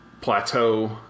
plateau